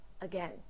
again